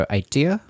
idea